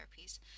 therapies